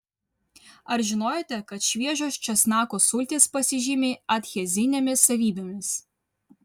ar žinojote kad šviežios česnakų sultys pasižymi adhezinėmis savybėmis